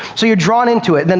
so you're drawn into it. then,